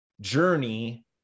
journey